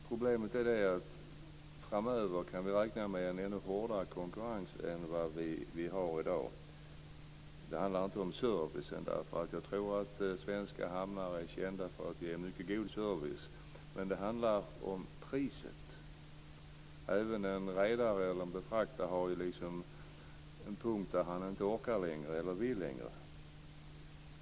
Problemet är det att vi framöver kan räkna med en ännu hårdare konkurrens än vad vi har i dag. Det handlar inte om servicen. Jag tror att svenska hamnar är kända för att ge en mycket god service. Men det handlar om priset. Även en redare eller befraktare har en punkt där han inte orkar eller vill längre.